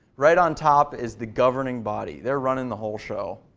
right on top is the governing body, they are running the whole show.